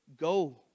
go